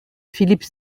philippe